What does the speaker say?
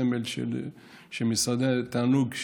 תענוג,